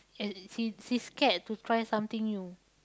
and she she scared to try something new